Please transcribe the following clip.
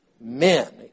men